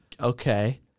Okay